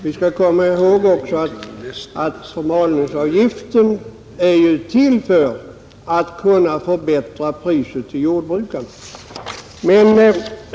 Vi bör komma ihåg att förmalningsavgiften är till för att ge jordbrukarna bättre priser på deras produkter.